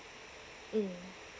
mm